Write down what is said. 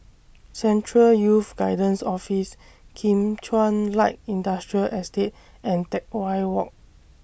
Central Youth Guidance Office Kim Chuan Light Industrial Estate and Teck Whye Walk